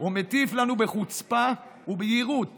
ומטיף לנו בחוצפה וביהירות